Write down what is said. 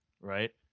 Right